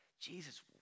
Jesus